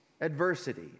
adversity